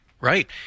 Right